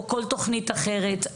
או כל תוכנית אחרת,